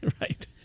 Right